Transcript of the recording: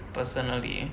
personally